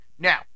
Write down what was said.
Now